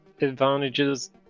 advantages